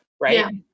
right